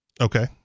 Okay